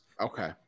Okay